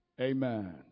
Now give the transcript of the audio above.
Amen